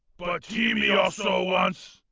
but teamy also wants.